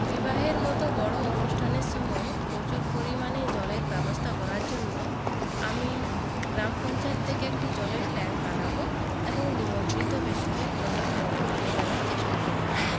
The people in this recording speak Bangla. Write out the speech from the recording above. বিবাহের মতো বড় অনুষ্ঠানের সময় প্রচুর পরিমাণে জলের ব্যবস্থা করার জন্য আমি গ্রাম পঞ্চায়েত থেকে একটি জলের ট্যাঙ্ক আনাবো এবং নিমন্ত্রিত ব্যক্তিদের জলের বোতল দেওয়ার চেষ্টা করবো